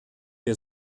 der